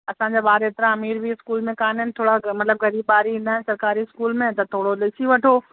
असांजा ॿार एतिरा अमीर बि स्कूल में कोन आहिनि थोरा मतिलबु ग़रीब ॿार ई हूंदा आहिनि सरकारी स्कूल में त थोरो ॾिसी वठो